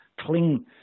cling